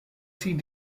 three